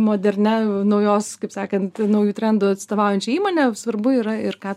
modernia naujos kaip sakant naujų trendų atstovaujančią įmonę svarbu yra ir ką